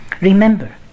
Remember